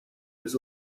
was